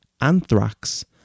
anthrax